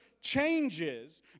changes